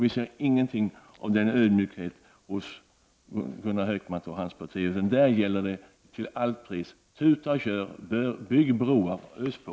Vi ser inte heller någon ödmjukhet hos Gunnar Hökmark och hans parti, utan där gäller det till varje pris: Tuta och kör, bygg broar, ös på!